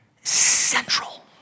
Central